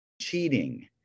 cheating